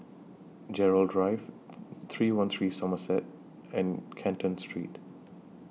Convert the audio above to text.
Gerald Drive three one three Somerset and Canton Street